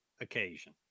occasion